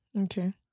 okay